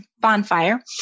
Bonfire